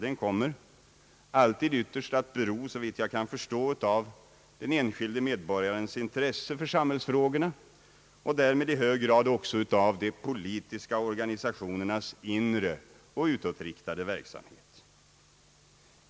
Den kommer alltid ytterst att bero, såvitt jag kan förstå, av den enskilde medborgarens intresse för samhällsfrågorna och därmed i hög grad också av de politiska organisationernas inre och utåtriktade verksamhet.